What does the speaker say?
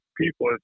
people